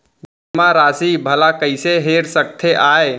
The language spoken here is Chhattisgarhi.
जेमा राशि भला कइसे हेर सकते आय?